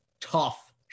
tough